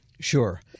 Sure